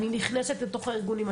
אני נכנסת לתוך הארגונים,